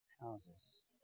houses